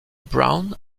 brun